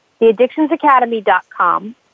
theaddictionsacademy.com